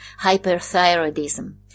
hyperthyroidism